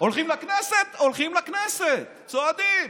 הולכים לכנסת, הולכים לכנסת, צועדים.